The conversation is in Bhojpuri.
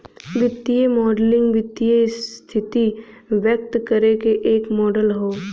वित्तीय मॉडलिंग वित्तीय स्थिति व्यक्त करे क एक मॉडल हौ